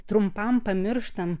trumpam pamirštam